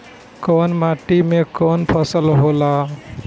कवन माटी में कवन फसल हो ला?